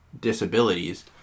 disabilities